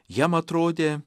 jam atrodė